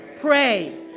Pray